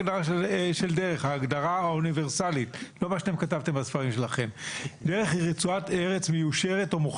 עם איזה שביל עזים שפולס על ידי הולכי רגל ומטיילים?